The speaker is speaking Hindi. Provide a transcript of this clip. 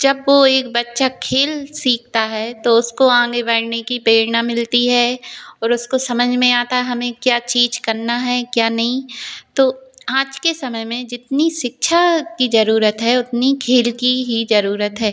जब वह एक बच्चा खेल सीखता है तो उसको आगे बढ़ने की प्रेरणा मिलती है और उसको समझ में आता है हमें क्या चीज़ करनी है क्या नहीं तो आज के समय में जितनी शिक्षा की ज़रूरत है उतनी खेल की भी ज़रूरत है